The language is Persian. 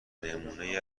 نمونه